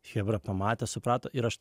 chebra pamatę suprato ir aš